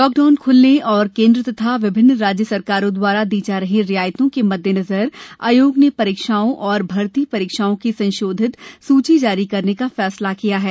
lockdown खुलने और केंद्र तथा विभिन्न राज्य सरकारों द्वारा दी जा रही रियायतों के मद्देनजर आयोग ने परीक्षाओं और भर्ती परीक्षाओं की संशोधित सूची जारी करने का फैसला किया है